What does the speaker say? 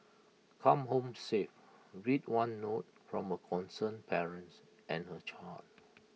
come home safe read one note from A concerned parents and her child